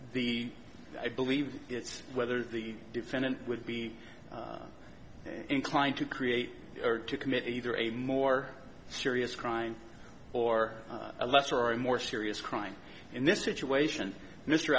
the i believe it's whether the defendant would be inclined to create or to commit either a more serious crime or a lesser are a more serious crime in this situation mr